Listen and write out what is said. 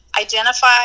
identify